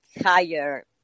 higher